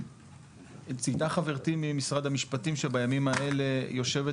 ציינה חברתי ממשרד המשפטים שבימים האלה היא יושבת